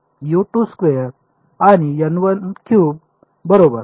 आणि बरोबर